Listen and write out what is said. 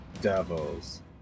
devils